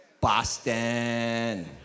Boston